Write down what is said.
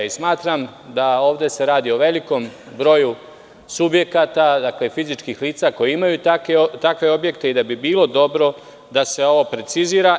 Smatram da se ovde radi o velikom broju subjekata, fizičkih lica koja imaju takve objekte i da bilo dobro da se ovo precizira.